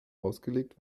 ausgelegt